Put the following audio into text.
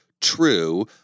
true